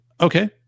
Okay